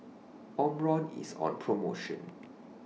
Omron IS on promotion